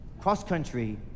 cross-country